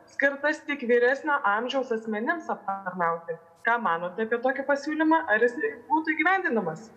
skirtas tik vyresnio amžiaus asmenims aptarnauti ką manote apie tokį pasiūlymą ar jisai būtų įgyvendinamas